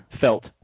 Felt